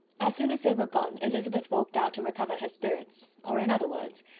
as soon as they were gone, elizabeth walked out to recover her spirits or in other words,